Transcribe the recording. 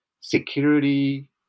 security